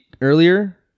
earlier